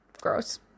Gross